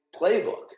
playbook